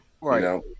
Right